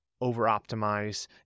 over-optimize